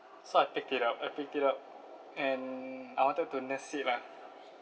so I picked it up I picked it up and I wanted to nurse it lah